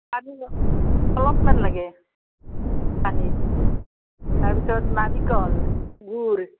অলপমান লাগে পানী তাৰপিছত নাৰিকল গুড়